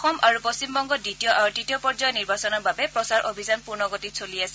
অসম আৰু পশ্চিমবংগত দ্বিতীয় আৰু তৃতীয় পৰ্যায়ৰ নিৰ্বাচনৰ বাবে প্ৰচাৰ অভিযান পূৰ্ণগতিত চলি আছে